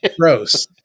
gross